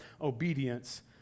obedience